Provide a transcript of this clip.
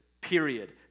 period